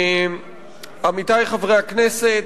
עמיתי חברי הכנסת,